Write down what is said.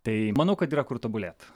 tai manau kad yra kur tobulėt